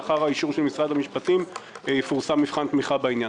לאחר האישור של משרד המשפטים יפורסם מבחן תמיכה בעניין.